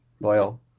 loyal